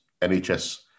NHS